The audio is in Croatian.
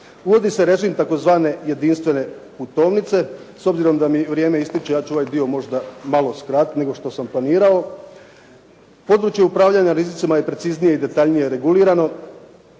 Uvodi se režim tzv. jedinstvene putovnice. S obzirom da mi vrijeme ističe ja ću ovaj dio možda malo skratiti nego što sam planirao. Područje upravljanja rizicima je preciznije i detaljnije regulirano.